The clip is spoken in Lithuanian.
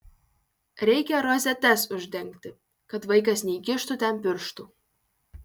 reikia rozetes uždengti kad vaikas neįkištų ten pirštų